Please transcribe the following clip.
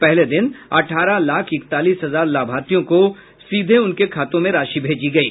पहले दिन अठारह लाख इकतालीस हजार लाभार्थियों को सीधे उनके खातों में राशि भेजी गयी